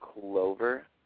clover